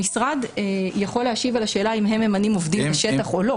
המשרד יכול להשיב על השאלה אם הם ממנים עובדים בשטח או לא